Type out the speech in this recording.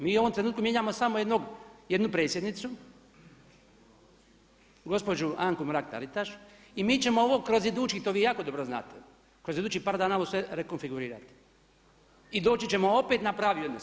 Mi u ovom trenutku mijenjamo samo jednu predsjednicu gospođu Anku Mrak Taritaš i mi ćemo ovo kroz idućih, to vi jako dobro znate, kroz idućih par danas ovo sve rekonfigurirati i doći ćemo opet na pravi odnos.